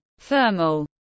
Thermal